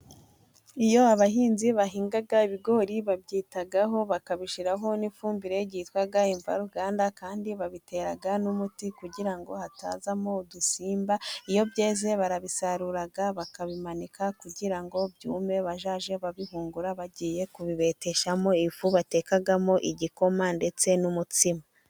Iyo abahinzi bahinga ibigori babyitaho bakabishyiraho n'ifumbire yitwa imvaruganda kandi babitera n'umuti kugira ngo hatazamo udusimba, iyo byeze barabisarura bakabimanika kugira ngo byume bazajye babihungura bagiye kubibeteshamo ifu batekamo igikoma ndetse n'umutsima.